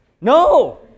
No